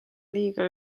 liiga